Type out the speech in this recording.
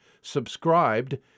subscribed